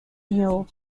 hill